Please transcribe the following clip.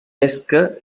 pesca